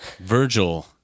Virgil